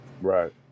right